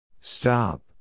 Stop